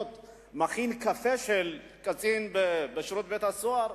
מכין קפה של קצין בשירות בתי-הסוהר,